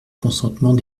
consentement